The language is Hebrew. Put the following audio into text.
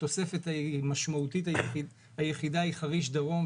התוספת המשמעותית היחידה היא חריש דרום,